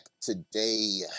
today